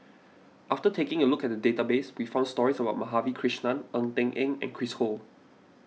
after taking a look at the database we found stories about Madhavi Krishnan Ng Eng Teng and Chris Ho